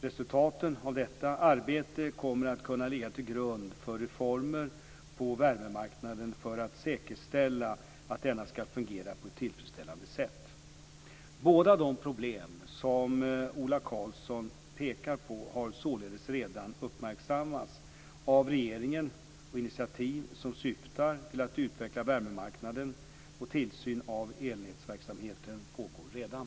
Resultaten av detta arbete kommer att kunna ligga till grund för reformer på värmemarknaden för att säkerställa att denna skall fungera på ett tillfredsställande sätt. Båda de problem som Ola Karlsson pekar på har således redan uppmärksammats av regeringen, och initiativ som syftar till att utveckla värmemarknaden och tillsynen av elnätverksamheten pågår redan.